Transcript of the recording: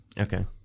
Okay